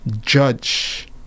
judge